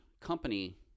company